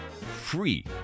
free